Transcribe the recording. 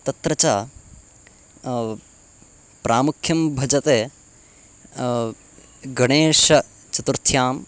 तत्र च प्रामुख्यं भजते गणेशचतुर्थ्यां